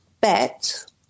bet